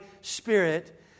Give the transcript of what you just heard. spirit